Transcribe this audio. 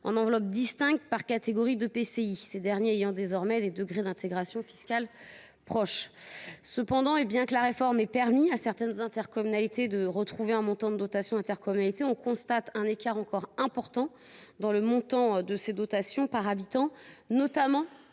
en enveloppes distinctes par catégorie d’EPCI, ces derniers ayant désormais des degrés d’intégration fiscale proches. Cependant, et bien que la réforme ait permis à certaines intercommunalités de toucher de nouveau la dotation d’intercommunalité, on constate un écart encore important dans le montant de ces dotations par habitant, notamment